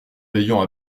veillant